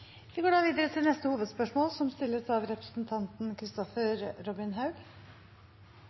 Vi går da videre til neste hovedspørsmål.